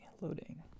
loading